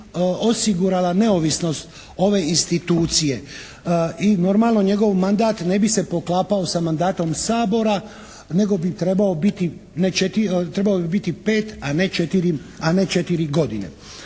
osigurala neovisnost ove institucije i normalno njegov mandat ne bi se poklapao sa mandatom Sabora nego bi trebao biti pet, a ne četiri godine.